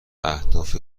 اهداف